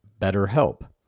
BetterHelp